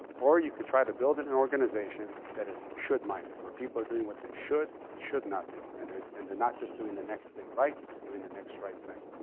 or you could try to build an and organization that is should minded, where people are doing what they should and should not do. and they're and they're not just doing the next thing right. they're doing the next right thing.